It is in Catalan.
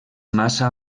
massa